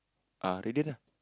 ah Radiant ah